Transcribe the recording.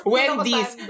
Wendy's